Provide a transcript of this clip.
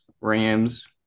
Rams